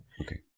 okay